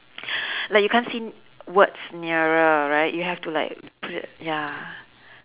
like you can't see words nearer right you have to like put it ya